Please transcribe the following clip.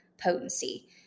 potency